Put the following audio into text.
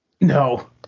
No